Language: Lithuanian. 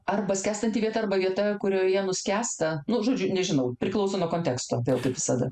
arba skęstanti vieta arba vieta kurioje nuskęsta nu žodžiu nežinau priklauso nuo konteksto vėl kaip visada